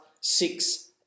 six